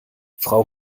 frau